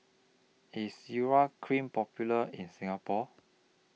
IS Urea Cream Popular in Singapore